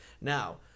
Now